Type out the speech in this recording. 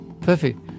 perfect